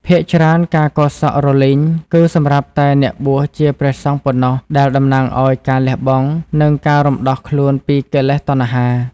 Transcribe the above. ភាគច្រើន ការកោរសក់រលីងគឺសម្រាប់តែអ្នកបួសជាព្រះសង្ឃប៉ុណ្ណោះ ដែលតំណាងឲ្យការលះបង់ និងការរំដោះខ្លួនពីកិលេសតណ្ហា។